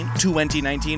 2019